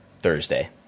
Thursday